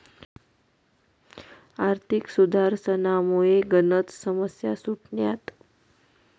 आर्थिक सुधारसनामुये गनच समस्या सुटण्यात